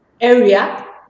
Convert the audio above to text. area